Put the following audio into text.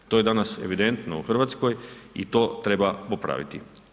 To je danas evidentno u Hrvatskoj i to treba popraviti.